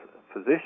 physicians